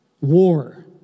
war